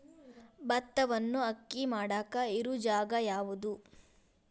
ಭತ್ತವನ್ನು ಅಕ್ಕಿ ಮಾಡಾಕ ಇರು ಜಾಗ ಯಾವುದು?